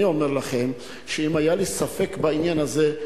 אני אומר לכם שאם היה לי ספק בעניין הזה,